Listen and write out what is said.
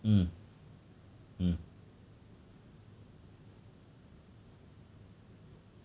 mm mm